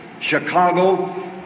Chicago